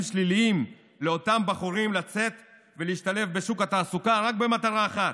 שליליים לאותם בחורים לצאת ולהשתלב בשוק התעסוקה רק במטרה אחת: